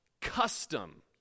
custom